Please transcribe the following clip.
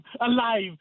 alive